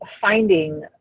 finding